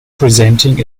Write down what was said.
presenting